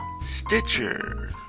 Stitcher